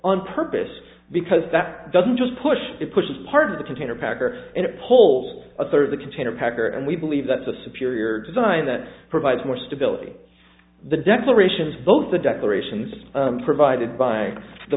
on purpose because that doesn't just push it push as part of the container packer and it pulls a third of the container packer and we believe that's a superior design that provides more stability the declarations both the declarations provided by the